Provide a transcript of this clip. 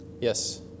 Yes